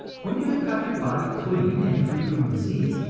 when you have got your body clean and free from disease,